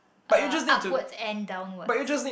uh upwards and downwards